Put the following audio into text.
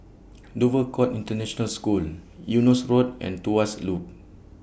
Dover Court International School Eunos Road and Tuas Loop